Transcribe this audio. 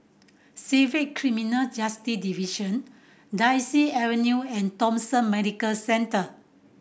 Civil Criminal Justice Division Daisy Avenue and Thomson Medical Centre